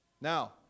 Now